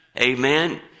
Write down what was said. Amen